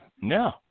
No